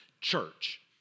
church